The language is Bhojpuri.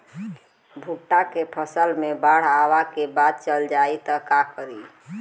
भुट्टा के फसल मे बाढ़ आवा के बाद चल जाई त का करी?